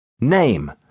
Name